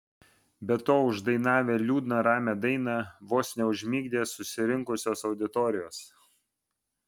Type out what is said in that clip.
be to uždainavę liūdną ramią dainą vos neužmigdė susirinkusios auditorijos